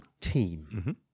team